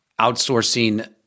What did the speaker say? outsourcing